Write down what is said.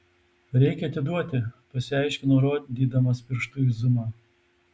reikia atiduoti pasiaiškino rodydamas pirštu į zumą